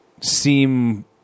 seem